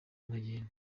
nkagenda